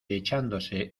echándose